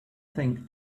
think